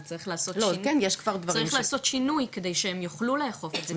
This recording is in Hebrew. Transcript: אבל צריך לעשות שינוי כדי שהם יוכלו לאכוף את זה,